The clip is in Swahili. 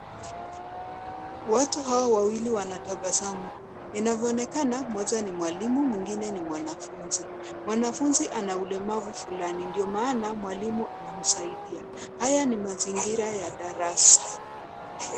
Watu hawa wawili wanatabasamu. Inavyoonekana mmoja ni mwalimu mwingine ni mwanafunzi. Mwanafunzi ana ulemavu fulani ndio maana mwalimu anamsaidia. Haya ni mazingira ya darasa.